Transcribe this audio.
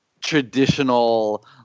traditional